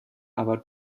aber